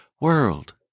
world